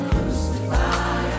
Crucify